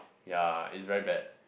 ya is very bad